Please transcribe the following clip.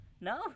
no